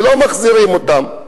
ולא מחזירים אותם.